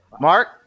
Mark